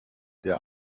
der